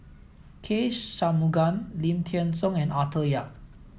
K Shanmugam Lim Thean Soo and Arthur Yap